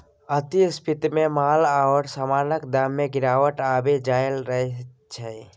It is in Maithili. अति स्फीतीमे माल आओर समानक दाममे गिरावट आबि जाएल करैत छै